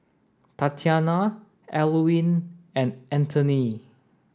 Tatianna Alwine and Antony